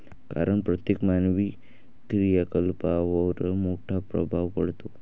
कारण प्रत्येक मानवी क्रियाकलापांवर मोठा प्रभाव पडतो